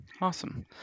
Awesome